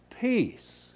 peace